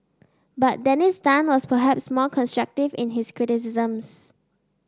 but Dennis Tan was perhaps more constructive in his criticisms